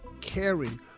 caring